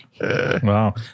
Wow